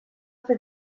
fer